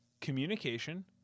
communication